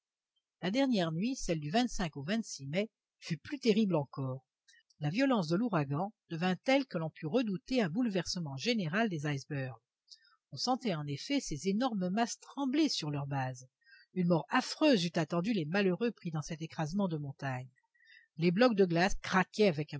la dernière nuit celle du au mai fut plus terrible encore la violence de l'ouragan devint telle que l'on put redouter un bouleversement général des icebergs on sentait en effet ces énormes masses trembler sur leur base une mort affreuse eût attendu les malheureux pris dans cet écrasement de montagnes les blocs de glace craquaient avec